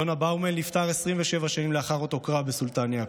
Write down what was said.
יונה באומל נפטר 27 שנים לאחר אותו קרב בסולטאן יעקוב.